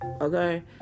okay